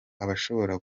abashobora